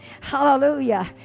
Hallelujah